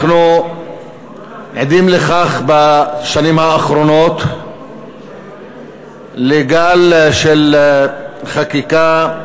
עדים בשנים האחרונות לגל של חקיקה,